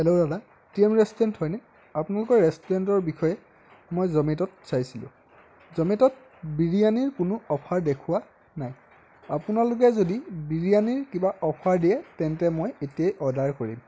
hello দাদা P M restaurant হয়নে আপোনালোকৰ ৰেষ্টুৰেণ্টৰ বিষয়ে মই জ'মেট'ত চাইছিলোঁ জ'মেট'ত বিৰিয়ানীৰ কোনো অ'ফাৰ দেখুওৱা নাই আপোনালোকে যদি বিৰিয়ানীৰ কিবা অ'ফাৰ দিয়ে তেন্তে মই এতিয়াই অৰ্ডাৰ কৰিম